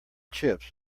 chips